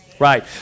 Right